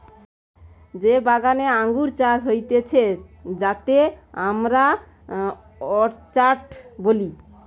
যেই বাগানে আঙ্গুর চাষ হতিছে যাতে আমরা অর্চার্ড বলি